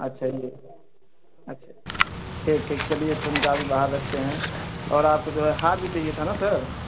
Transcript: अच्छा ये अच्छा ठीक ठीक चलिए इसको निकाल के बाहर रखते हैं और आपको जो है हार भी चाहिए था ना सर